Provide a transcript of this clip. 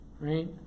Right